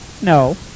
No